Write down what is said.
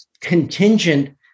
contingent